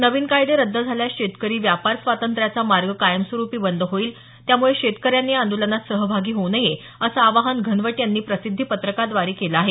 नविन कायदे रद्द झाल्यास शेतकरी व्यापार स्वातंत्र्याचा मार्ग कायमस्वरूपी बंद होईल त्यामुळे शेतकऱ्यांनी या आंदोलनात सहभागी होऊ नये असं आवाहन घनवट यांनी प्रसिद्धी पत्रकाद्वारे केलं आहे